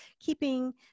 keeping